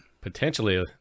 potentially